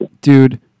Dude